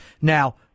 now